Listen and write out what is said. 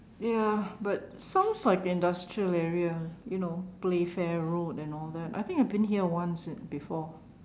ya but sounds like industrial area you know Playfair Road and all that I think I've been here once before